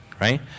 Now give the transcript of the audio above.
right